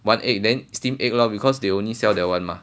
one egg then steamed egg lor because they only sell that one mah